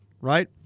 right